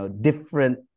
different